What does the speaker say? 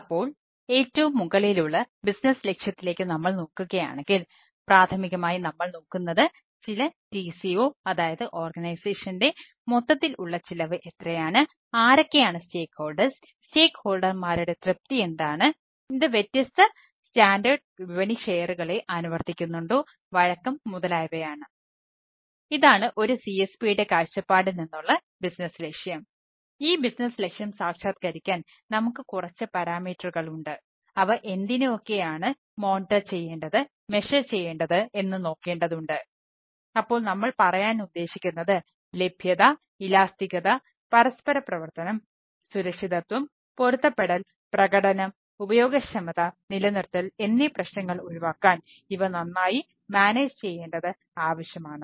അപ്പോൾ ഏറ്റവും മുകളിലുള്ള ബിസിനസ് ലക്ഷ്യത്തിലേക്ക് നമ്മൾ നോക്കുകയാണെങ്കിൽ പ്രാഥമികമായി നമ്മൾ നോക്കുന്നത് ചില TCO അതായത് ഓർഗനൈസേഷൻറെ ചെയ്യേണ്ടത് ആവശ്യമാണ്